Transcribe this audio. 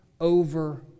over